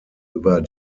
über